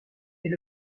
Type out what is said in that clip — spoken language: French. est